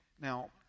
Now